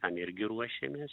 tam irgi ruošiamės